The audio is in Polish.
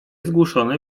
zgłuszony